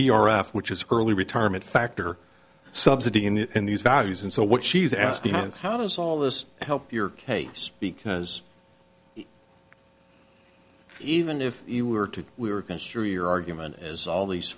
the which is early retirement factor subsidy in the in these values and so what she's asking is how does all this help your case because even if you were to we were going through your argument as all these